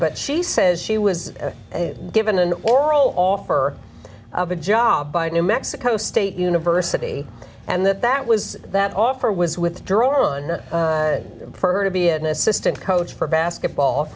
but she says she was given an oral offer of a job by a new mexico state university and that that was that offer was withdrawn for her to be an assistant coach for basketball